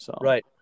Right